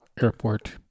Airport